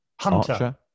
Hunter